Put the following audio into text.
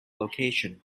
location